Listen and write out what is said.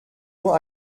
nur